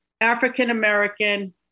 African-American